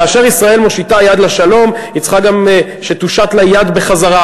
כאשר ישראל מושיטה יד לשלום היא צריכה גם שתושט לה יד בחזרה.